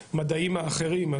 יוזמנו הגורמים הרלוונטיים.